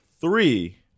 three